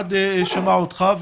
אביעד שמע אותך,